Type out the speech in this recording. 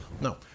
No